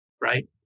right